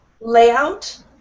layout